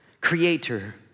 creator